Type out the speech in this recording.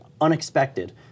unexpected